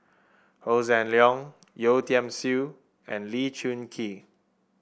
Hossan Leong Yeo Tiam Siew and Lee Choon Kee